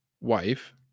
wife